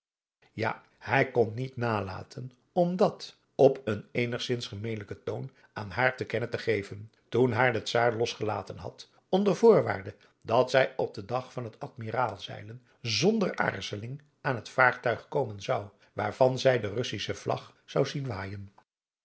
ja hij kon niet nalaten om dat op een eenigzins gemelijken toon aan haar te kennen te geven toen haar de czaar losgelaten had onder voorwaarde dat zij op den dag van het admiraal zeilen zonder aarzeling aan het vaartuig komen zou waarvan zij de russische vlag zou zien waaijen